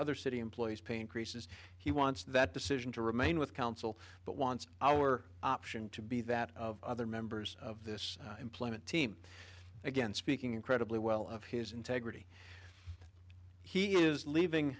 other city employees pain creases he wants that decision to remain with council but wants our option to be that of other members of this employment team again speaking incredibly well of his integrity he is leaving